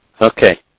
Okay